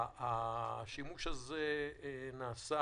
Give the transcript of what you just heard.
בפתרון הזה נעשה